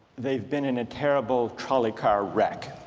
they've been in a terrible trolley car wreck